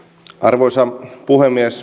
arvoisa puhemies